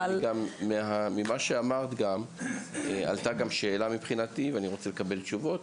אבל --- גם ממה שאמרת גם עלתה גם שאלה מבחינתי ואני רוצה לקבל תשובות.